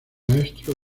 maestro